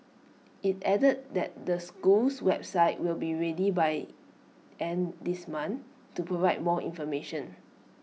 IT added that the school's website will be ready by end this month to provide more information